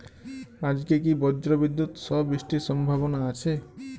আজকে কি ব্রর্জবিদুৎ সহ বৃষ্টির সম্ভাবনা আছে?